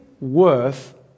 worth